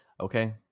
Okay